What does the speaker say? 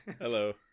Hello